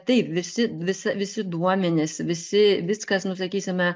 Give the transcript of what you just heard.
tai visi visa visi duomenys visi viskas nu sakysime